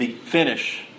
finish